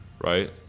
right